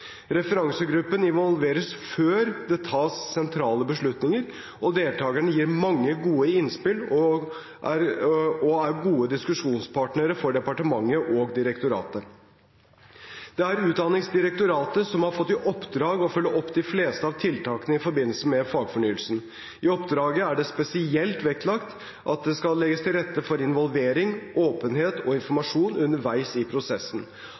Referansegruppen involveres før det tas sentrale beslutninger, og deltakerne gir mange gode innspill og er gode diskusjonspartnere for departementet og direktoratet. Det er Utdanningsdirektoratet som har fått i oppdrag å følge opp de fleste av tiltakene i forbindelse med fagfornyelsen. I oppdraget er det spesielt vektlagt at det skal legges til rette for involvering, åpenhet og informasjon underveis i prosessen.